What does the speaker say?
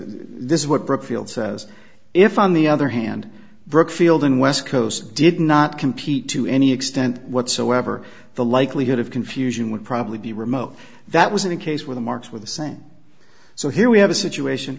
this is what brookfield says if on the other hand brookfield in west coast did not compete to any extent whatsoever the likelihood of confusion would probably be remote that was in a case where the marks with a cent so here we have a situation